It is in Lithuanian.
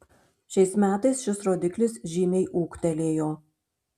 šiais metais šis rodiklis žymiai ūgtelėjo